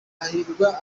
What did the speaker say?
hahirwa